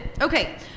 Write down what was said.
Okay